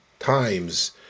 times